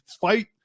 fight